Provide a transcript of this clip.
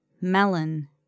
Melon